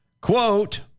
Quote